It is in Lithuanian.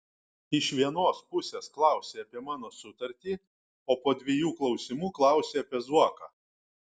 iš vienos pusės klausi apie mano sutartį o po dviejų klausimų klausi apie zuoką